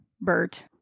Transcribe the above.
Bert